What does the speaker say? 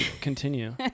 continue